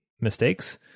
mistakes